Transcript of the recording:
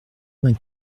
vingt